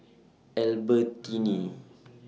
Albertini